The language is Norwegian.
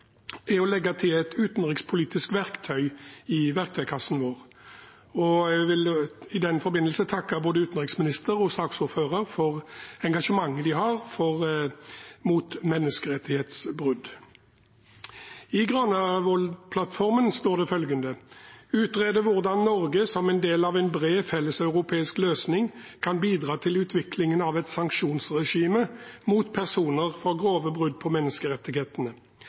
er å legge til et utenrikspolitisk verktøy i verktøykassen vår, og jeg vil i den forbindelse takke både utenriksministeren og saksordføreren for det engasjementet de har mot menneskerettighetsbrudd. I Granavolden-plattformen står det følgende: «Utrede hvordan Norge, som del av en bred felleseuropeisk løsning, kan bidra til utvikling av et sanksjonsregime mot personer for grove brudd på menneskerettighetene.»